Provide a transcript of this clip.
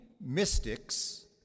mystics